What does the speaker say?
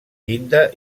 llinda